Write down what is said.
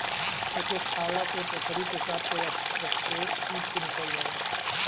एके खाएला से पथरी पेशाब के रस्ता टूट के निकल जाला